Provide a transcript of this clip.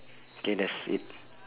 K that's it